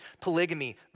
polygamy